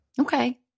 Okay